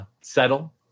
settle